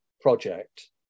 project